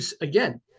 again